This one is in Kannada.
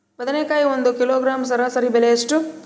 ಬದನೆಕಾಯಿ ಒಂದು ಕಿಲೋಗ್ರಾಂ ಸರಾಸರಿ ಬೆಲೆ ಎಷ್ಟು?